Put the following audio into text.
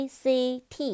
Act